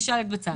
תשאל את בצלאל.